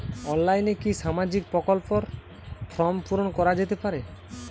অনলাইনে কি সামাজিক প্রকল্পর ফর্ম পূর্ন করা যেতে পারে?